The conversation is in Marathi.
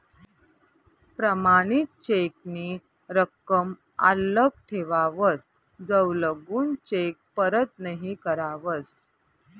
प्रमाणित चेक नी रकम आल्लक ठेवावस जवलगून चेक परत नहीं करावस